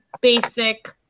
basic